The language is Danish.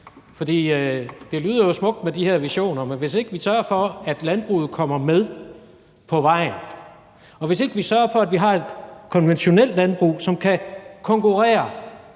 Det lyder jo smukt med de her visioner, men hvis ikke vi sørger for, at landbruget kommer med på vejen, og hvis ikke vi sørger for, at vi har et konventionelt landbrug, som kan konkurrere